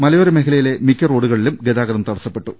മലയോ രമേഖലയിലെ മിക്ക റോഡുകളിലും ഗതാഗതം തടസ്സപ്പെട്ടു